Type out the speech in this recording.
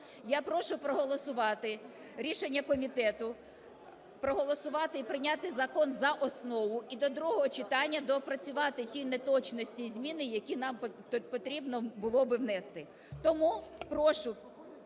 Я прошу проголосувати рішення комітету… проголосувати і прийняти закон за основу і до другого читання доопрацювати ті неточності і зміни, які нам потрібно було би внести.